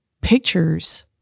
pictures